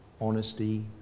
honesty